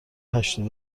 هشتاد